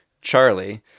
Charlie